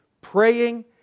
praying